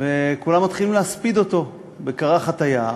וכולם מתחילים להספיד אותו בקרחת היער.